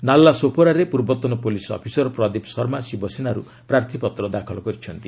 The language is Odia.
ନାଲା ସୋପାରାରେ ପୂର୍ବତନ ପୁଲିସ୍ ଅଫିସର ପ୍ରଦୀପ ଶର୍ମା ଶିବସେନାରୁ ପ୍ରାର୍ଥୀପତ୍ର ଦାଖଲ କରିଛନ୍ତି